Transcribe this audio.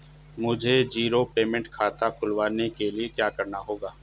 मुझे zero payment खाता खुलवाने के लिए क्या करना होगा?